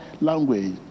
language